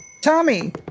Tommy